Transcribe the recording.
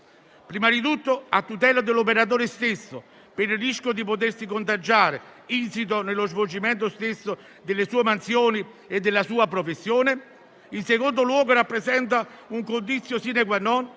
prima di tutto a tutela dell'operatore stesso, per il rischio di potersi contagiare insito nello svolgimento stesso delle sue mansioni e della sua professione; in secondo luogo rappresenta una *conditio sine qua non*